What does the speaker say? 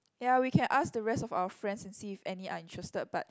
ya we can ask the rest of our friends and see if any are interested but